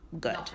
good